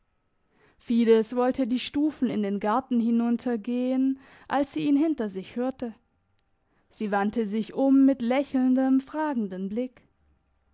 fides wollte die stufen in den garten hinuntergehen als sie ihn hinter sich hörte sie wandte sich um mit lächelndem fragenden blick